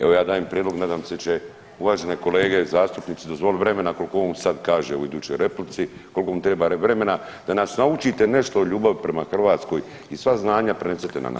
Evo ja dajem prijedlog, nadam se da će uvažene kolege zastupnici dozvoliti vremena koliko on sad kaže u idućoj replici, koliko mu treba vremena da nas naučite nešto o ljubavi prema Hrvatskoj i sva znanja prenesete na nas.